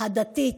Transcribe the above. הדתית,